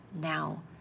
now